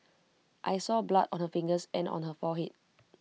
I saw blood on her fingers and on her forehead